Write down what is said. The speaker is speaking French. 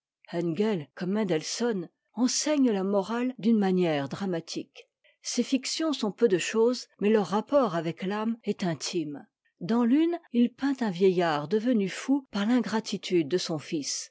comme mendetsobn enseigne la morale d'une manière dramatique ses fictions sont peu de chose mais leur rapport avec l'âme est intime dans l'une il peint un vieillard devenu fou par l'ingratitude de son fils